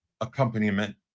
accompaniment